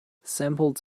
samples